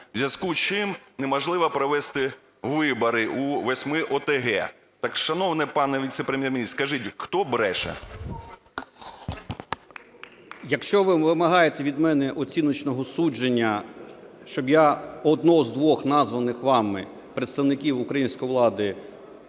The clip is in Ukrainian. у зв'язку з чим неможливо провести вибори у восьми ОТГ. Так, шановний пане віце-прем'єр-міністр, скажіть, хто бреше? 10:36:32 РЕЗНІКОВ О.Ю. Якщо ви вимагаєте від мене оціночного судження, щоб я одного з двох названих вами представників української влади